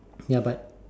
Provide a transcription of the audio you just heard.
ya but